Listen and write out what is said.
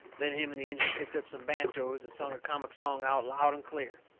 then him and the injun picked up some banjoes and sung a comic song out loud and clear.